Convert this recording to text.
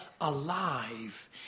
alive